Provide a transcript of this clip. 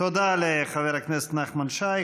תודה לחבר הכנסת נחמן שי.